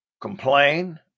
complain